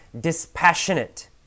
dispassionate